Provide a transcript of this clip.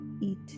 eat